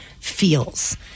feels